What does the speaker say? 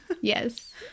yes